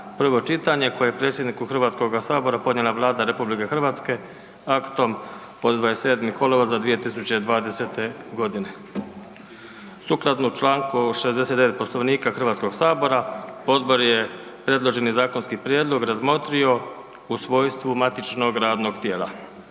prvo čitanje, koje je predsjedniku HS podnijela Vlada RH aktom od 27. kolovoza 2020.g. Sukladno čl. 69. Poslovnika HS odbor je predloženi zakonski prijedlog razmotrio u svojstvu matičnog radnog tijela.